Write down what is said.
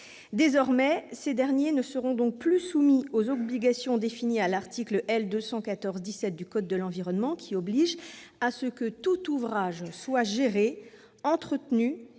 Désormais, ces derniers ne seront plus soumis aux obligations définies à l'article L. 214-17 du code de l'environnement, aux termes duquel « tout ouvrage [doit être] géré, entretenu